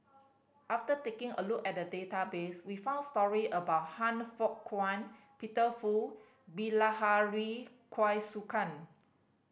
after taking a look at the database we found story about Han Fook Kwang Peter Fu Bilahari Kausikan